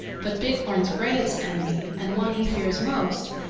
but bighorn's greatest enemy, and one he fears most,